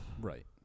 Right